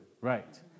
right